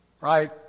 Right